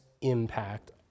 impact